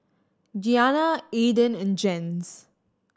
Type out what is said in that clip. Gianna Aidyn and Jens